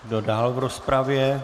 Kdo dál v rozpravě?